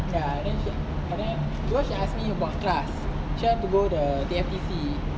ya then but then because she also ask me about class she wants to go the T_M_T_C